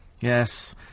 Yes